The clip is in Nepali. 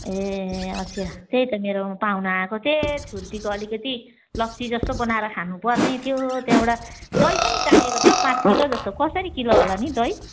ए अच्छा त्यही त मेरोमा पाहुना आएका थिए छुर्पीको अलिकति लस्सी जस्तो बनाएर खानु पर्ने थियो त्यहाँबाट दही पनि चाहिएको थियो हौ पाँच किलो जस्तो कसरी किलो होला नि दही